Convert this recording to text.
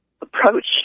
approached